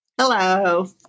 Hello